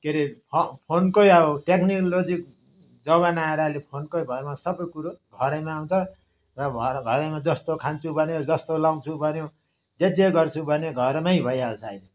के अरे फ फोनकै अब टेक्नोलोजी जमाना आएर अहिले फोनकै भरमा सबै कुरो घरैमा आउँछ र घरघरैमा जस्तो खान्छु भन्यो जस्तो लाउँछु भन्यो जे जे गर्छु भन्यो घरमै भइहाल्छ अहिले